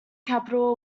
capital